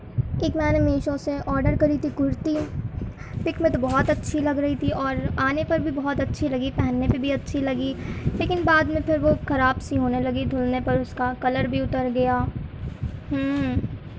ایک بار میشو سے آڈر کری تھی کرتی پک میں تو بہت اچھی لگ رہی تھی اور آنے پر بھی بہت اچھی لگی پہننے پہ بھی اچھی لگی لیکن بعد میں پھر وہ خراب سی ہونے لگی دھلنے پر اس کا کلر بھی اتر گیا